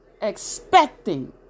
expecting